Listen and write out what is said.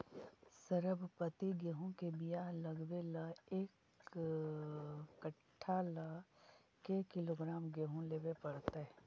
सरबति गेहूँ के बियाह लगबे ल एक कट्ठा ल के किलोग्राम गेहूं लेबे पड़तै?